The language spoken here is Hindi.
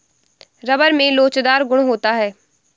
रबर में लोचदार गुण होता है